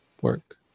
work